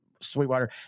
Sweetwater